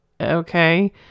Okay